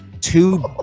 two